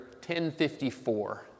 1054